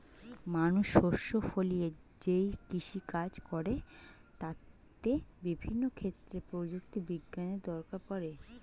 মানুষ শস্য ফলিয়ে যেই কৃষি কাজ করে তাতে বিভিন্ন ক্ষেত্রে প্রযুক্তি বিজ্ঞানের দরকার পড়ে